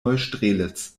neustrelitz